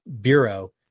Bureau